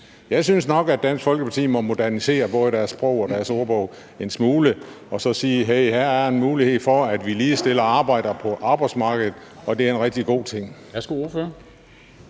Jeg synes nok, at Dansk Folkeparti må modernisere både deres sprog og deres ordbog en smule og sige, at her er der en mulighed for, at vi ligestiller arbejdere på arbejdsmarkedet, og at det er en rigtig god ting.